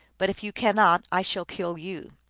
but if you cannot, i shall kill you.